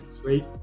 sweet